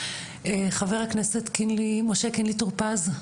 חבר הכנסת משה קינלי טור פז.